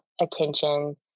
attention